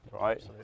right